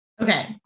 Okay